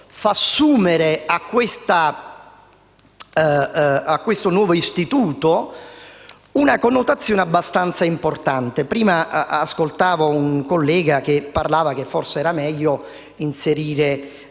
fa assumere a questo nuovo istituto una connotazione abbastanza importante. Prima ascoltavo un collega che ha affermato che forse era meglio inserire